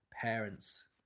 parents